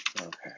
okay